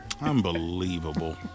Unbelievable